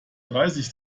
dreißig